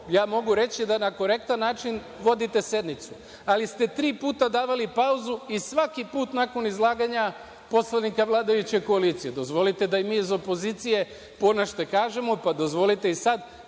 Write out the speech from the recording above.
iako mogu reći da na korektan način vodite sednicu, ali tri puta ste davali pauzu i svaki put nakon izlaganja poslanika vladajuće koalicije. Dozvolite da i mi iz opozicije ponešto kažemo, pa dozvolite i sad